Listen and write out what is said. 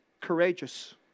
courageous